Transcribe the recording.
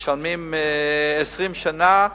משלמים 20 שנה,